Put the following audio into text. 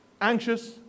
anxious